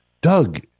Doug